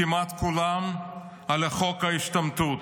כמעט כולם, על חוק ההשתמטות.